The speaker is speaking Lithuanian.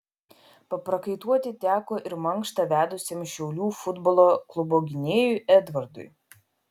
paprakaituoti teko ir mankštą vedusiam šiaulių futbolo klubo gynėjui edvardui